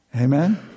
Amen